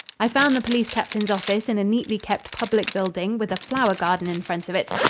i found the police captain's office in a neatly kept public building with a flower garden in front of it.